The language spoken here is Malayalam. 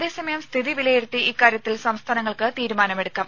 അതേസമയം സ്ഥിതി വിലയിരുത്തി ഇക്കാര്യത്തിൽ സംസ്ഥാനങ്ങൾക്ക് തീരുമാനമെടുക്കാം